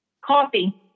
Coffee